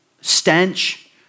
stench